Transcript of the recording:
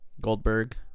Goldberg